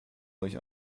euch